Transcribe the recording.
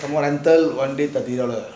some more rental one day thirty dollar